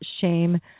shame